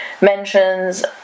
mentions